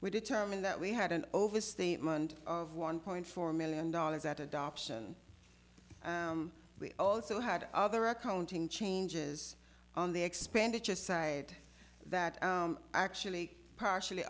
we determined that we had an overstatement of one point four million dollars at adoption we also had other accounting changes on the expanded just side that actually partially